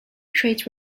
traits